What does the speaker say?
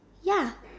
ya